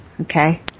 okay